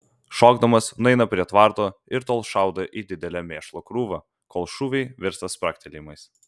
šokdamas nueina prie tvarto ir tol šaudo į didelę mėšlo krūvą kol šūviai virsta spragtelėjimais